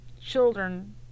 children